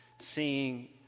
seeing